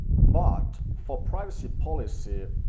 but for privacy policy